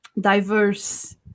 diverse